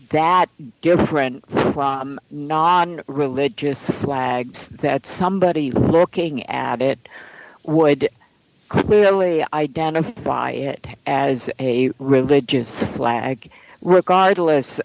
that different non religious flags that somebody looking at it would clearly identify it as a religious flag regardless